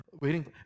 waiting